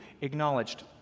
acknowledged